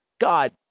God